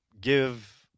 give